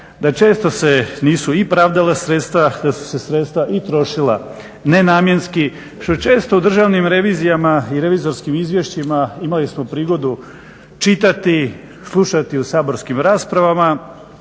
da često se nisu i pravdala sredstva, da su se sredstva i trošila nenamjenski što je često u Državnim revizijama i revizorskim izvješćima, imali smo prigodu čitati, slušati u saborskim raspravama